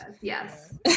Yes